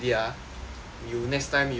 you next time you help me